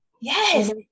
Yes